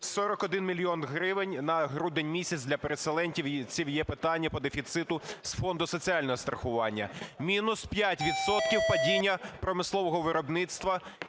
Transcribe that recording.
41 мільйон гривень – на грудень місяць для переселенців, і це є питання по дефіциту з Фонду соціального страхування. Мінус 5 відсотків – падіння промислового виробництва.